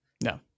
No